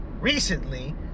recently